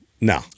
No